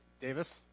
Davis